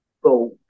go